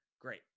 great